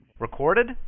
Recorded